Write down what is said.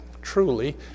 truly